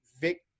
Vic